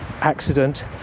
accident